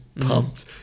pumped